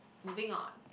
moving on